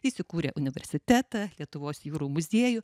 jis įkūrė universitetą lietuvos jūrų muziejų